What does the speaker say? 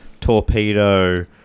torpedo